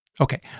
Okay